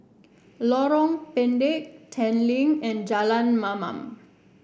Lorong Pendek Tanglin and Jalan Mamam